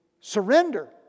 surrender